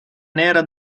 nera